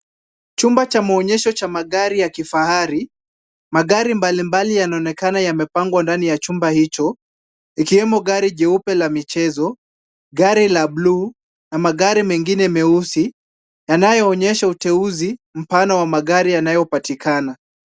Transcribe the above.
Chumba cha maonyesho cha magari ya kifahari. Magari mbalimbali yanaoekana yamepangwa ndani ya chumba hicho, ikewemo gari jeupe la michezo, gari la blue na magari mengine meusi yanayoonyesha uteuzi mfano ya magari yanayopatikana.